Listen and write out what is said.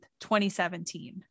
2017